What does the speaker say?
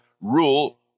rule